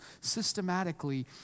systematically